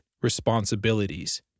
responsibilities